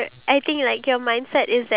are you hungry